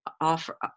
offer